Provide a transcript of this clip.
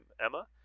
Emma